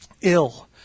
ill